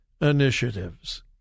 initiatives